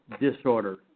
disorder